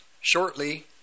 shortly